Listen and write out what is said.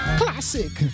classic